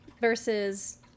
versus